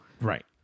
Right